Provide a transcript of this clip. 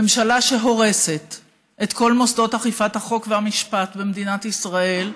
ממשלה שהורסת את כל מוסדות אכיפת החוק והמשפט במדינת ישראל,